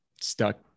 stuck